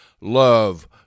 love